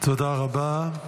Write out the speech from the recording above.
תודה רבה.